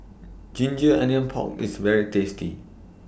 Ginger Onion Pork IS very tasty